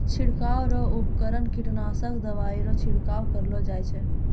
छिड़काव रो उपकरण कीटनासक दवाइ रो छिड़काव करलो जाय छै